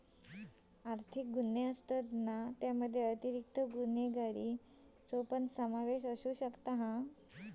आर्थिक गुन्ह्यामध्ये अतिरिक्त गुन्हेगारी कृत्यांचो समावेश असू शकता